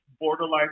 Borderline